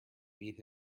beat